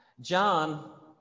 John